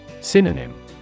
Synonym